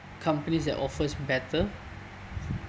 companies that offers better